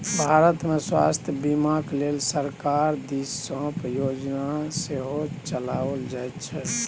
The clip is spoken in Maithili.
भारतमे स्वास्थ्य बीमाक लेल सरकार दिससँ योजना सेहो चलाओल जाइत छै